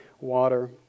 water